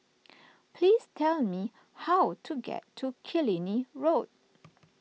please tell me how to get to Killiney Road